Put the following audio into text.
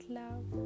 love